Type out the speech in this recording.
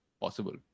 possible